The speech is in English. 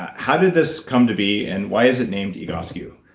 how did this come to be, and why is it named egoscue?